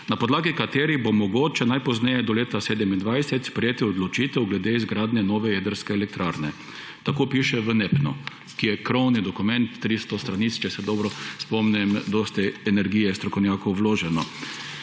na podlagi katerih bo mogoče najpozneje do leta 2027 sprejeti odločitev glede izgradnje nove jedrske elektrarne«. Tako piše v NEPN-u, ki je krovni dokument, 300 strani, če se dobro spomnim, dosti energije strokovnjakov vloženo.